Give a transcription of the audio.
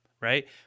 right